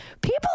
People